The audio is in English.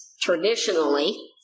traditionally